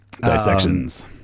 dissections